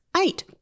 Eight